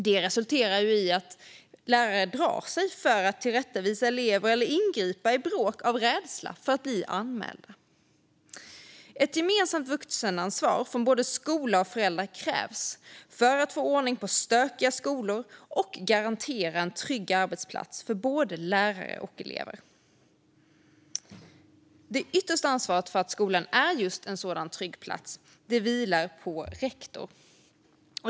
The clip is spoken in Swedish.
Det resulterar i att lärare drar sig för att tillrättavisa elever eller ingripa vid bråk av rädsla för att bli anmälda. Ett gemensamt vuxenansvar från både skola och föräldrar krävs för att få ordning på stökiga skolor och för att garantera en trygg arbetsplats för både lärare och elever. Det yttersta ansvaret för att skolan är just en sådan trygg plats vilar på rektor.